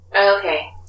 Okay